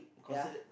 ya